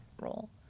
role